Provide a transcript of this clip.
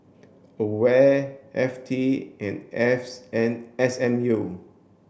AWARE F T and S and S M U